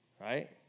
right